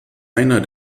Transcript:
einer